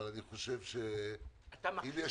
אני חושב שאם יש